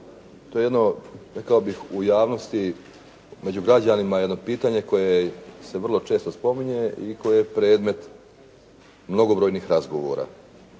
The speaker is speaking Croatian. to je jedno rekao bih u javnosti među građanima jedno pitanje koje se vrlo često spominje i koje je predmet mnogobrojnih razgovora.